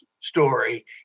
story